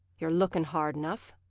you're looking hard enough.